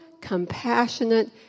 compassionate